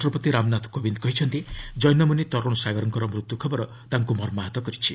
ରାଷ୍ଟ୍ରପତି ରାମନାଥ କୋବିନ୍ଦ କହିଛନ୍ତି ଜୈନମୁନି ତରୁଣ ସାଗରଙ୍କର ମୃତ୍ୟୁ ଖବର ତାଙ୍କୁ ମର୍ମାହତ କରିଛି